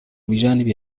بجانب